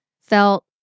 felt